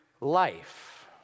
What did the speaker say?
life